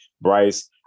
Bryce